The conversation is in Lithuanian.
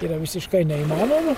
yra visiškai neįmanoma